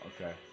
Okay